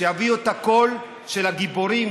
שיביעו את הקול של הגיבורים